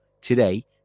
today